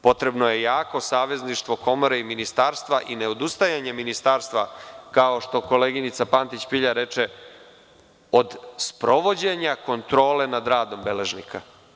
Potrebno je jako savezništvo Komore i Ministarstva i ne odustajanje Ministarstva, kao što reče koleginica Pantić Pilja, od sprovođenja kontrole nad radom beležnika.